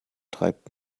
treibt